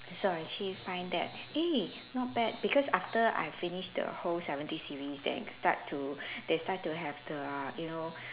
so I actually find that eh not bad because after I finish the whole seventy series then start to they start to have the you know